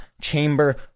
chamber